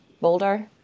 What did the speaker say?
Boulder